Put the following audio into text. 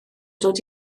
dod